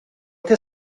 què